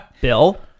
bill